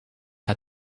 had